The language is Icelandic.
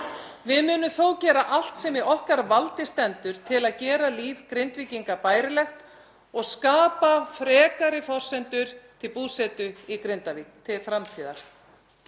Við munum þó gera allt sem í okkar valdi stendur til að gera líf Grindvíkinga bærilegt og skapa frekari forsendur til búsetu í Grindavík til framtíðar.